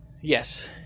Yes